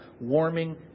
warming